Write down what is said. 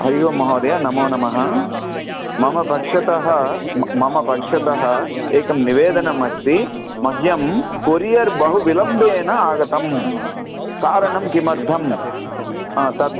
हरिः ओं महोदय नमो नमः मम पक्षतः म मम पक्षतः एकं निवेदनम् अस्ति मह्यं कोरियर् बहु विलम्बेन आगतं कारणं किमर्थं हा तत्